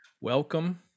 welcome